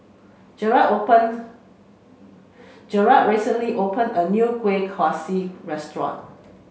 Jerrad opened Jerrad recently opened a new Kuih Kaswi restaurant